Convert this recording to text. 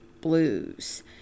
blues